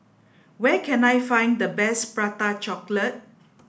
where can I find the best prata chocolate